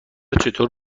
چطور